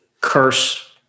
curse